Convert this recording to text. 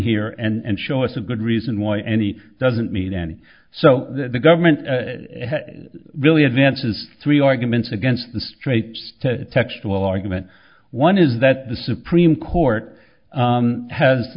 here and show us a good reason why any doesn't mean any so that the government really advances three arguments against the straits textual argument one is that the supreme court has has